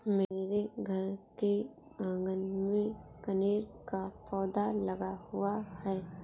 मेरे घर के आँगन में कनेर का पौधा लगा हुआ है